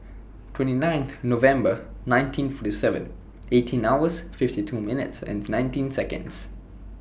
twenty ninth November nineteen forty seven eighteen hours fifty two minutes and nineteen Seconds